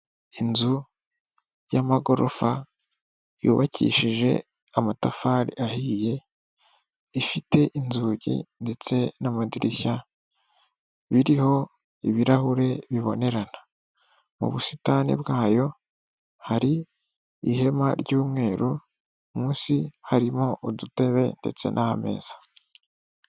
Inzu y'amagorofa yubakishije amatafari ahiye ifite inzugi ndetse n'amadirishya biriho ibirahure bibonerana mu busitani bwayo hari ihema ry'umweru munsi harimo udutebe ndetse n'ameza.